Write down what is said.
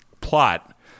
plot